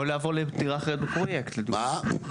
או לעבור לדירה אחרת בפרויקט לדוגמה.